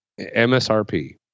MSRP